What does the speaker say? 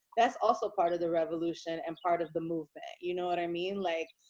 that's also part of the revolution and part of the movement. you know what i mean? like,